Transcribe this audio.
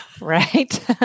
right